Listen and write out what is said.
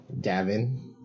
Davin